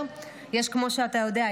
כמו שאתה יודע,